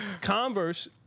Converse